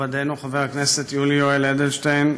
מכובדנו חבר הכנסת יולי יואל אדלשטיין,